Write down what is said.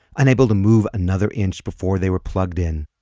unable to move another inch before they were plugged in.